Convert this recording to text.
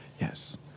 Yes